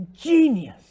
Genius